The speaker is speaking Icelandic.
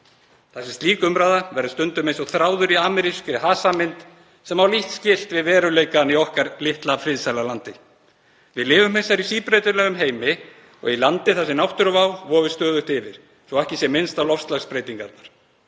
þar sem slík umræða verður stundum eins og þráður í amerískri hasarmynd sem á lítt skylt við veruleikann í okkar litla, friðsæla landi. Við lifum í síbreytilegum heimi og í landi þar sem náttúruvá vofir stöðugt yfir, svo ekki sé minnst á loftslagsbreytingar.